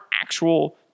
actual